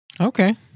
Okay